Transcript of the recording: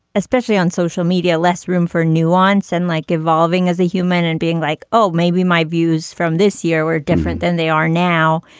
especially on social media. less room for nuance and like evolving as a human and being like oh maybe my views from this year were different than they are now.